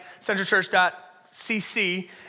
centralchurch.cc